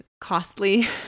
costly